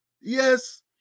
Yes